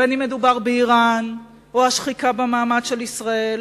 בין שמדובר באירן ובין שמדובר בשחיקה במעמד של ישראל,